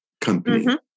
company